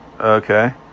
Okay